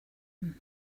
him